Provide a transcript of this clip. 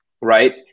right